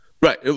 Right